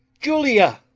julia!